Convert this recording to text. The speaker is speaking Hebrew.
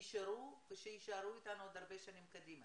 נשארו ושיישארו איתנו עוד הרבה שנים קדימה,